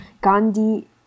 gandhi